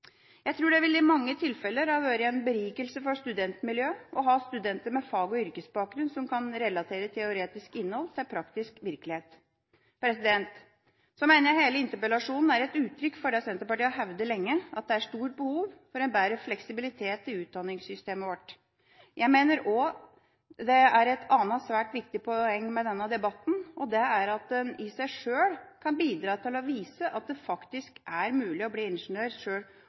Jeg tror det i mange tilfeller ville vært en berikelse for studentmiljøet å ha studenter med fag- og yrkesbakgrunn, som kan relatere teoretisk innhold til praktisk virkelighet. Jeg mener hele interpellasjonen er et uttrykk for det Senterpartiet har hevdet lenge: Det er stort behov for bedre fleksibilitet i utdanningssystemet vårt. Jeg mener også det er et annet svært viktig poeng med denne debatten, og det er at den i seg sjøl kan bidra til å vise at det faktisk er mulig å bli ingeniør, sjøl